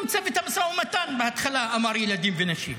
גם צוות המשא ומתן בהתחלה, אמר: ילדים ונשים,